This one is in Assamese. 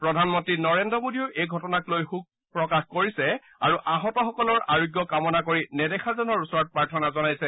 প্ৰধানমন্ত্ৰী নৰেন্দ্ৰ মোদীয়েও এই ঘটনাক লৈ শোক প্ৰকাশ কৰিছে আৰু আহতসকলৰ আৰোগ্য কামনা কৰি নেদেখাজনৰ ওচৰত প্ৰাৰ্থনা জনাইছে